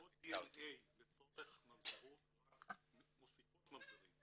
בדיקות דנ"א לצורך ממזרות רק מוסיפות ממזרים.